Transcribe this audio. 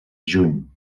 juny